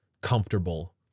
comfortable